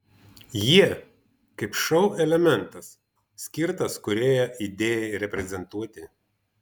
jie kaip šou elementas skirtas kūrėjo idėjai reprezentuoti